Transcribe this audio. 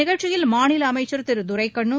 நிகழ்ச்சியில் மாநில அமைச்சர் திரு துரைக்கண்ணு